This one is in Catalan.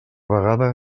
vegada